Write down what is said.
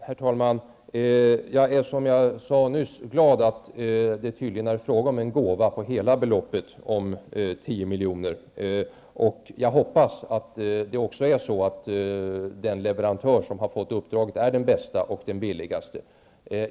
Herr talman! Som jag sade nyss är jag glad att det tydligen är fråga om en gåva på hela beloppet om tio miljoner. Jag hoppas att det också är så att den leverantör som har fått uppdraget är den bästa och den billigaste.